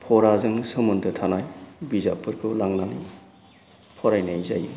फराजों सोमोन्दो थानाय बिजाबफोरखौ लांनानै फरायनाय जायो